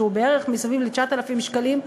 שהוא מסביב ל-9,000 שקלים,